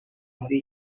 muri